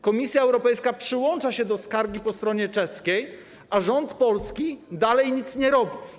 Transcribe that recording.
Komisja Europejska przyłącza się do skargi po stronie czeskiej, a polski rząd dalej nic nie robi.